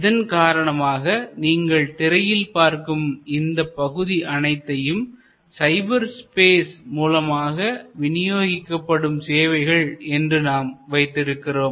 இதன் காரணமாக நீங்கள் திரையில் பார்க்கும் இந்த பகுதி அனைத்தையும் சைபர்ஸ்பேஸ் மூலமாக வினியோகிக்கப்படும் சேவைகள் என்று நாம் வைத்திருக்கிறோம்